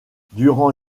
durant